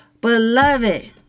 beloved